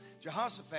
Jehoshaphat